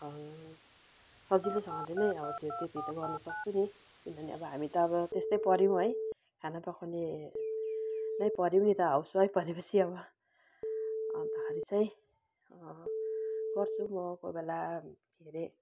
सजिलोसँगले नै अब त्यो त्यति त गर्नुसक्छु नि किनभने अब हामी त अब त्यस्तै पर्यौँ है खाना पकाउने नै पर्यौँ नि त हाउसवाइफ परेपछि अब अन्तखेरि चाहिँ गर्छु म कोही बेला के अरे